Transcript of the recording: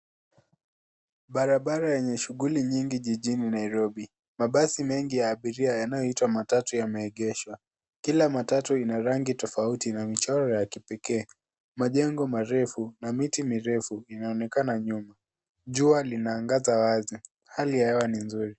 Barabara yenye shughuli nyingi jijini Nairobi. Mabasi mengi ya abiria yanayoitwa matatu yameegeshwa. Kila matatu ina rangi tofauti na michoro ya kipekee. Majengo marefu na miti mirefu inaonekana nyuma. Jua linaangaza wazi. Hali ya hewa ni nzuri.